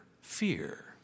Fear